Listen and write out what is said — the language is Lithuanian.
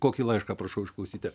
kokį laišką prašau išklausyti